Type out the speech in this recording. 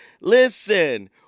Listen